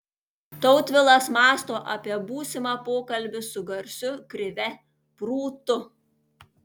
tautvilas mąsto apie būsimą pokalbį su garsiu krive prūtu